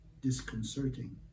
disconcerting